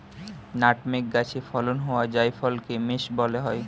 nutmeg গাছে ফলন হওয়া জায়ফলকে মেস বলা হয়